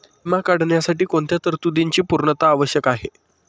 विमा काढण्यासाठी कोणत्या तरतूदींची पूर्णता आवश्यक आहे?